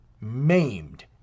maimed